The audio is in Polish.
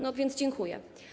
No więc dziękuję.